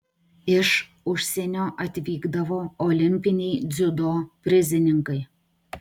iš užsienio atvykdavo olimpiniai dziudo prizininkai